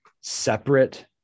separate